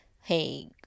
hey